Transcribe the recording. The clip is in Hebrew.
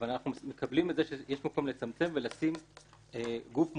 אבל אנחנו מקבלים שיש מקום לצמצם ולשים גוף מוסמך,